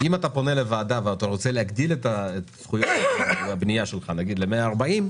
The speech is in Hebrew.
אבל אם אתה פונה לוועדה ורוצה להגדיל את זכויות הבנייה שלך ל-140,